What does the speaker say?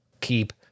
keep